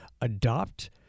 adopt